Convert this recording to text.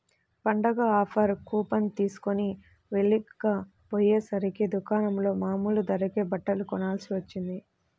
పండగ offer coupon తీస్కొని వెళ్ళకపొయ్యేసరికి దుకాణంలో మామూలు ధరకే బట్టలు కొనాల్సి వచ్చింది